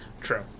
True